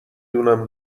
دونم